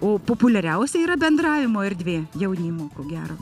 o populiariausia yra bendravimo erdvė jaunimo ko gero